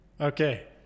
Okay